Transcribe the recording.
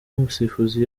umusifuzi